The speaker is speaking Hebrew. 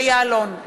משה יעלון,